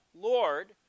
Lord